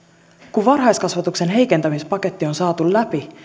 kun varhaiskasvatuksen heikentämispaketti on saatu läpi